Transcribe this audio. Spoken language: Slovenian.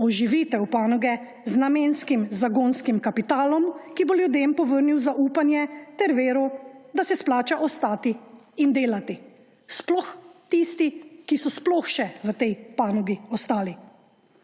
oživitev panoge z namenskim zagonskim kapitalom, ki bo ljudem povrnil zaupanje ter vero, da se splača ostati in delati. Sploh tisti, ki so sploh še v tej panogi ostali.